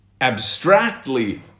abstractly